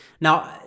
Now